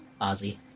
Ozzy